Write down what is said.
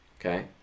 Okay